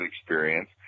experience